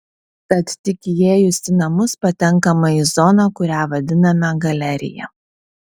tad tik įėjus į namus patenkama į zoną kurią vadiname galerija